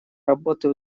работы